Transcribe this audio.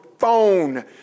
phone